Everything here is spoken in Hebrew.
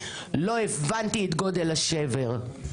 לא הבנתי את גודל השבר.